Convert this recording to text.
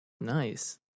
Nice